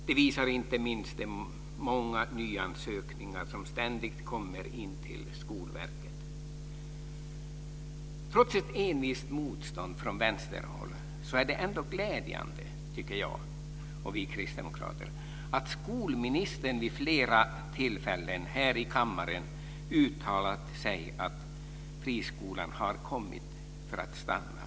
Det visar inte minst de många nyansökningar som ständigt kommer in till Trots ett envist motstånd från vänsterhåll är det ändå glädjande, tycker jag och kristdemokraterna, att skolministern vid flera tillfällen här i kammaren uttalat sig om att friskolorna har kommit för att stanna.